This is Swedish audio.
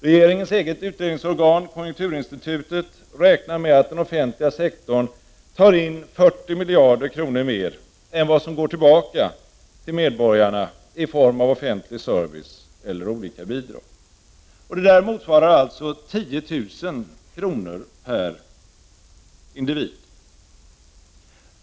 Regeringens eget utredningsorgan, konjunkturinstitutet, räknar med att den offentliga sektorn tar in 40 miljarder kronor mer än vad som går tillbaka till medborgarna i form av offentlig service eller olika bidrag, och detta motsvarar 10 000 kr. per löntagare.